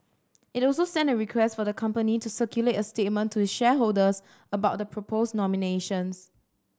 it also sent a request for the company to circulate a statement to its shareholders about the proposed nominations